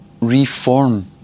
reform